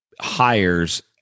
hires